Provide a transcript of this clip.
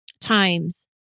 times